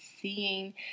seeing